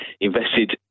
invested